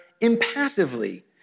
impassively